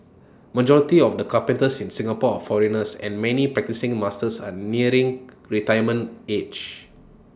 majority of the carpenters in Singapore are foreigners and many practising masters are nearing retirement age